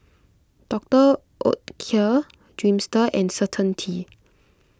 Doctor Oetker Dreamster and Certainty